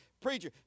preacher